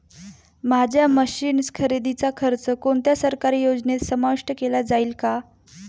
माझ्या मशीन्स खरेदीचा खर्च कोणत्या सरकारी योजनेत समाविष्ट केला जाईल का?